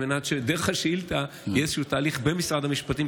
על מנת שדרך השאילתה יהיה איזשהו תהליך במשרד המשפטים,